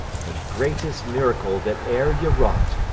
the greatest miracle that ere ye wrought.